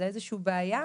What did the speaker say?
זו איזושהי בעיה.